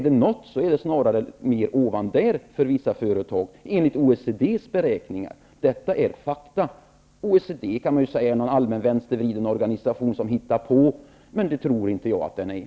Det är snarare ovan där för vissa företag, enligt OECD:s beräkningar. Detta är fakta. Man kan ju säga att OECD väl är någon allmänt vänstervriden organisation som hittar på, men jag tror inte att det är så.